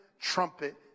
trumpet